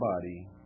body